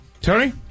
Tony